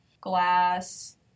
glass